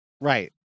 Right